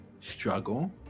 struggle